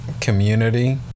community